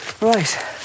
Right